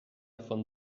von